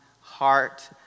heart